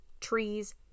trees